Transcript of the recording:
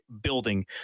building